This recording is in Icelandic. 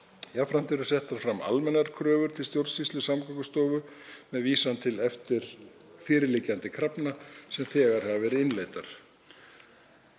Jafnframt eru settar fram almennar kröfur til stjórnsýslu Samgöngustofu með vísan til fyrirliggjandi krafna sem þegar hafa verið innleiddar.